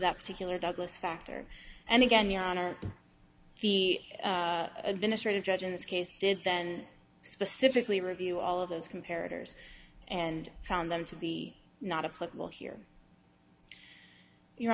that particular douglas factor and again your honor the administrative judge in this case did then specifically review all of those compared and found them to be not a political here you